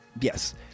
Yes